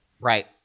Right